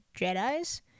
Jedi's